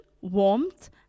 warmth